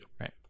Right